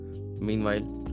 meanwhile